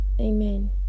Amen